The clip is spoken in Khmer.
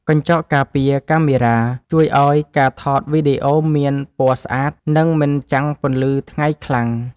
កញ្ចក់ការពារកាមេរ៉ា ជួយឱ្យការថតវីដេអូមានពណ៌ស្អាត និងមិនចាំងពន្លឺថ្ងៃខ្លាំង។